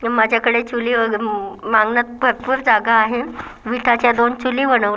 माझ्याकडे चुली अंगणात भरपूर जागा आहे विटाच्या दोन चुली बनवल्या